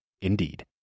Indeed